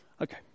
okay